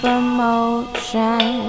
emotion